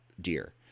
deer